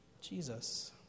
Jesus